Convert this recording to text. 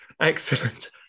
Excellent